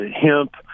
hemp